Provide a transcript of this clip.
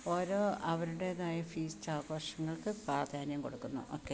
ഓരോ അവരുടേതായ ഫീസ്റ്റ് ആഘോഷങ്ങൾക്ക് പ്രാധാന്യം കൊടുക്കുന്നു ഓക്കെ